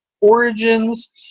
origins